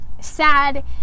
sad